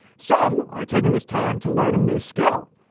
some are taking this time to learn a new skill.